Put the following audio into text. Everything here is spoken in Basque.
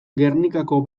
gernikako